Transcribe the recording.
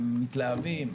מתלהבים.